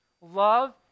Love